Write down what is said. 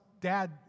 dad